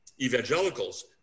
evangelicals